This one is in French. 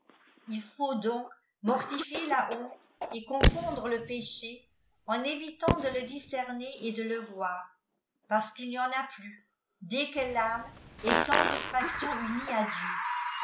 il faut donc mortifier la bonté et confondre le pécbé en évitant de le discerner et de le voir parce qu'il n'y en a plus dès que l'âme est siins dbtr iciij n unie a diau